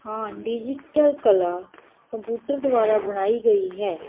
ਹਾਂ ਡਿਜੀਟਲ ਕਲਾ ਕੰਪੂਟਰ ਦੁਬਾਰਾ ਬਣਾਈ ਗਈ ਹੈ